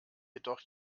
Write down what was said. jedoch